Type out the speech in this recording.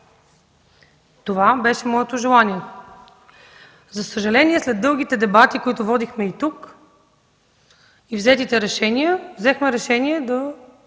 Това беше моето желание. За съжаление, след дългите дебати, които водихме и тук, и взетите решения, взехме решение да